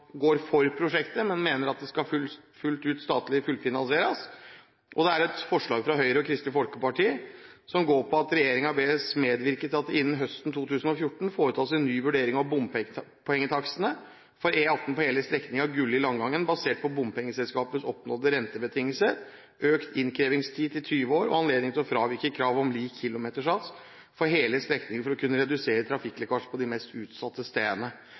går for prosjektet, men ønsker statlig fullfinansiering, og ett forslag fra Høyre og Kristelig Folkeparti, som går på at regjeringen bes medvirke til at det innen høsten 2014 foretas en ny vurdering av bompengetakstene for E18 på hele strekningen Gulli–Langangen basert på bompengeselskapets oppnådde rentebetingelser, økt innkrevingstid til 20 år og anledning til å fravike kravet om lik kilometersats for hele strekningen for å kunne redusere trafikklekkasjer på de mest utsatte stedene.